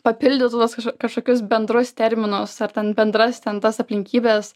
papildytų tokius kaž kažkokius bendrus terminus ar ten bendras ten tas aplinkybes